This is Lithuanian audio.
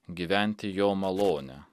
gyventi jo malonę